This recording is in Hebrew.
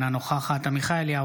אינה נוכחת עמיחי אליהו,